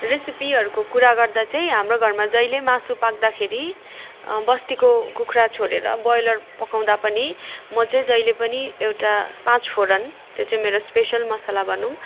रेसेपीहरूको कुरा गर्दा चाहिँ हाम्रो घरमा जहिले मासु पाक्दाखेरि बस्तीको कुखुरा छोडेर ब्रोइलर पकाउँदा पनि म चाहिँ जहिले पनि एउटा पाँच फोरन त्यो चाहिँ मेरो स्पेसियल मसाला भनौँ